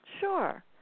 Sure